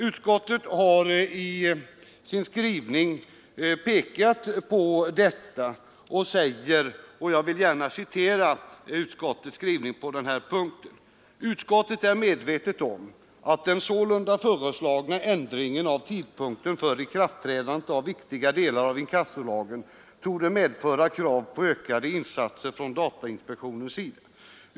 Utskottet har i sin skrivning pekat på detta, och jag vill gärna citera utskottet på denna punkt: ”Utskottet är medvetet om att den sålunda föreslagna ändringen av tidpunkten för ikraftträdandet av viktiga delar av inkassolagen torde medföra krav på ökade insatser från datainspektionens sida.